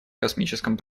космическом